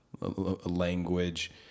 language